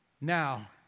now